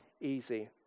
easy